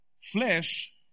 Flesh